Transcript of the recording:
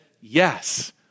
yes